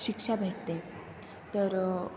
शिक्षा भेटते तर